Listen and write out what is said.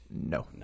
No